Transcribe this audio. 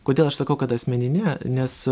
kodėl aš sakau kad asmenine nes